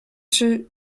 czy